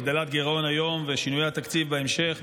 הגדלת גירעון היום ושינויי התקציב בהמשך,